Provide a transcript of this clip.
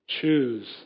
choose